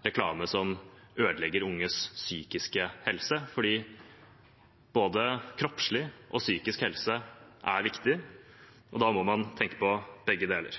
reklame som ødelegger unges psykiske helse, for både kroppslig og psykisk helse er viktig. Da må man tenke på begge deler.